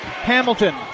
Hamilton